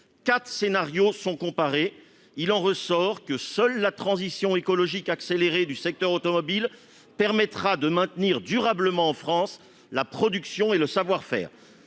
Quatre scénarios sont comparés : il en ressort que seule la transition écologique accélérée du secteur automobile permettra de maintenir durablement en France la production et le savoir-faire.